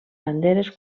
banderes